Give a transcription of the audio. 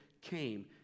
came